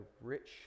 rich